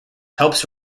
helps